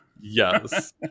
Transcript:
Yes